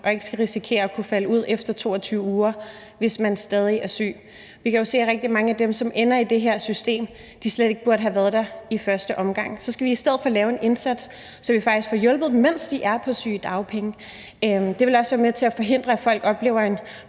og ikke skal risikere at kunne falde ud efter 22 uger, hvis man stadig er syg. Vi kan jo se, at rigtig mange af dem, som ender i det her system, slet ikke burde have været der i første omgang. Så vi skal i stedet for lave en indsats, så vi faktisk får hjulpet dem, mens de er på sygedagpenge. Det vil også være med til at forhindre, at folk oplever en